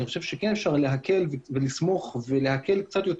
אני חושב שכן אפשר לסמוך ולהקל קצת על